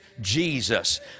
Jesus